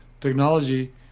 technology